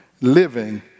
living